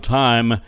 time